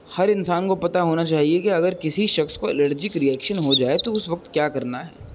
ہر انسان کو پتا ہونا چاہیے کہ اگر کسی شخص کو الرجیک ریئیکشن ہو جائے تو اس وقت کیا کرنا ہے